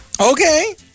Okay